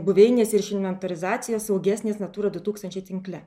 buveinės ir iš inventorizaciją saugesnės natūra du tūkstančiai tinkle